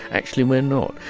actually, we're not.